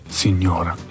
signora